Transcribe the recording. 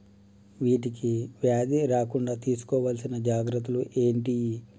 వీటికి వ్యాధి రాకుండా తీసుకోవాల్సిన జాగ్రత్తలు ఏంటియి?